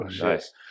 nice